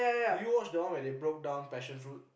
you watch the one when they broke down passion fruit